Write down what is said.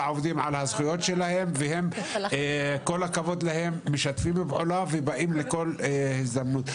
הזכויות שלהם והם עם כל הכבוד להם משתפים פעולה ובאים לכל הזדמנות.